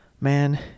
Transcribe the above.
man